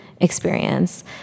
experience